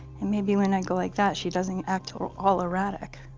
and maybe when i go like that she doesn't act or all eratic.